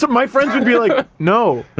but my friends would be like. no.